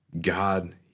God